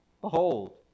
Behold